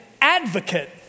advocate